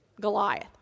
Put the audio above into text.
Goliath